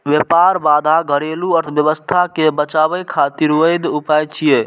व्यापार बाधा घरेलू अर्थव्यवस्था कें बचाबै खातिर वैध उपाय छियै